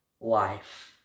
life